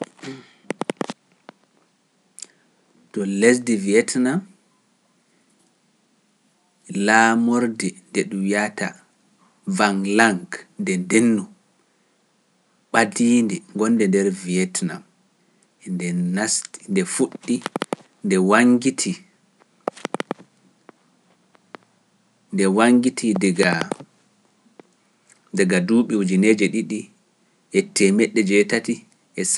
Ɗo lesdi Vietnam laamorde nde ɗum wiyata Vanglang nde ndennu ɓadiindi gonde nder Vietnam nde fuɗɗi nde wanggiti diga duuɓi ujineeje ɗiɗi e temedde jeetati e saka.